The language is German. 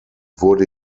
wurde